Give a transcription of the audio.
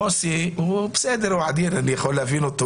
מוסי בסדר הוא עדין אני יכול להבין אותו,